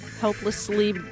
helplessly